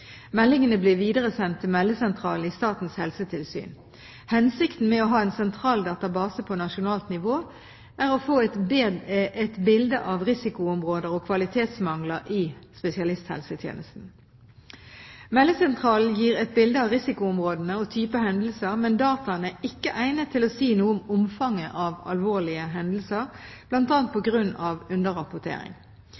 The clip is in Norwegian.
Meldingene blir videresendt til Meldesentralen i Statens helsetilsyn. Hensikten med å ha en sentral database på nasjonalt nivå er å få et bilde av risikoområder og kvalitetsmangler i spesialisthelsetjenesten. Meldesentralen gir et bilde av risikoområdene og type hendelser, men dataene er ikke egnet til å si noe om omfanget av alvorlige hendelser, bl.a. på